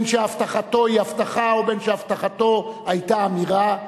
בין שהבטחתו היא הבטחה ובין שהבטחתו היתה אמירה,